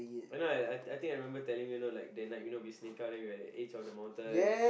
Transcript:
you know I I think I remember telling you know like that night you know we sneak out then we are at the edge of the mountain